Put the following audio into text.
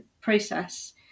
process